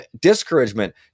discouragement